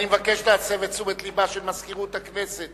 אני מבקש להסב את תשומת לבה של מזכירות הכנסת,